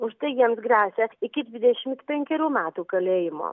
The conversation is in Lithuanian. už tai jiems gresia iki dvidešimt penkerių metų kalėjimo